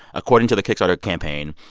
according to the kickstarter campaign,